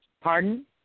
pardon